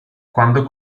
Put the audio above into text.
quando